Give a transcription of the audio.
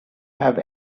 have